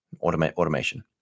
automation